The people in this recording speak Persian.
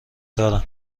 دارم